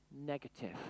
negative